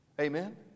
Amen